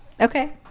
okay